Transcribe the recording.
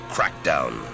Crackdown